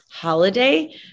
holiday